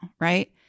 right